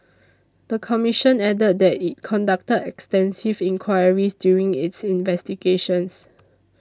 the commission added that it conducted extensive inquiries during its investigations